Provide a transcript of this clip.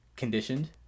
conditioned